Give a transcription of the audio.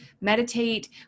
meditate